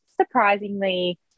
surprisingly